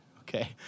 Okay